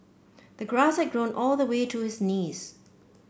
the grass had grown all the way to his knees